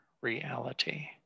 reality